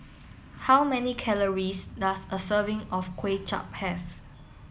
how many calories does a serving of Kway Chap have